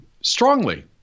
strongly